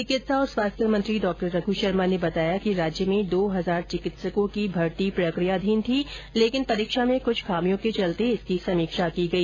चिकित्सा और स्वास्थ्य मंत्री डॉ रघू शर्मा ने बताया कि राज्य में दो हजार चिकित्सकों की भर्ती प्रक्रियाधीन थी लेकिन परीक्षा में कृछ खामियों के चलते इसकी समीक्षा की गई